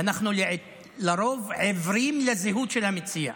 ואנחנו לרוב עיוורים לזהות של המציע,